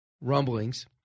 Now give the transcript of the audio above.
rumblings